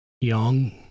young